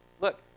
Look